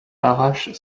arrache